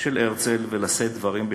של הרצל ולשאת דברים בשבחו.